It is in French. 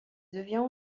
devient